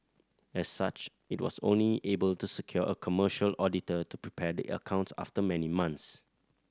as such it was only able to secure a commercial auditor to prepare the accounts after many months